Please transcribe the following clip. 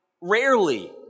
rarely